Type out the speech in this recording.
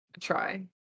try